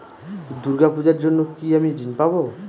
দূর্গা পূজার জন্য কি আমি ঋণ পাবো?